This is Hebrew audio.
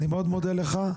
אני מאוד מודה לך,